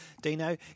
Dino